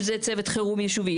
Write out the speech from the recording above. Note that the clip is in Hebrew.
אם זה צוות חירום ישובי.